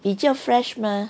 比较 fresh mah